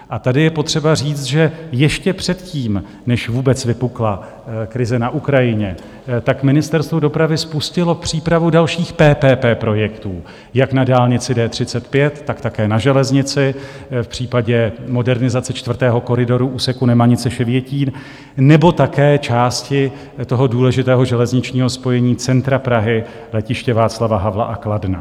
A tady je potřeba říct, že ještě předtím, než vůbec vypukla krize na Ukrajině, Ministerstvo dopravy spustilo přípravu dalších PPP projektů, jak na dálnici D35, tak také na železnici v případě modernizace čtvrtého koridoru úseku NemaniceŠevětín nebo také části toho důležitého železničního spojení centra Prahy, Letiště Václava Havla a Kladna.